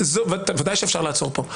ודאי שאפשר לעצור כאן.